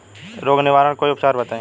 रोग निवारन कोई उपचार बताई?